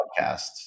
podcasts